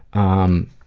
um.